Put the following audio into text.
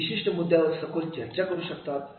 ते विशिष्ट मुद्द्यावर सखोल चर्चा करू शकतात